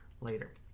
later